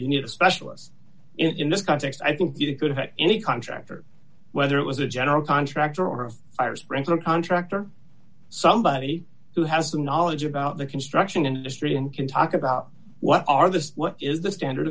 you need a specialist in this context i think you could have any contractor whether it was a general contractor or of fire sprinkler contractor somebody who has the knowledge about the construction industry and can talk about what are the what is the standard